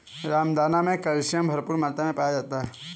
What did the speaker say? रामदाना मे कैल्शियम भरपूर मात्रा मे पाया जाता है